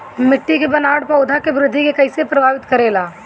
मिट्टी के बनावट पौधों की वृद्धि के कईसे प्रभावित करेला?